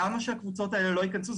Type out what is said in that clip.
למה שהקבוצות האלה לא ייכנסו?